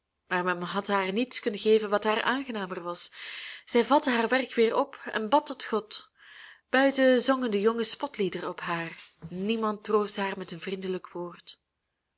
maar men had haar niets kunnen geven wat haar aangenamer was zij vatte haar werk weer op en bad tot god buiten zongen de jongens spotliederen op haar niemand troostte haar met een vriendelijk woord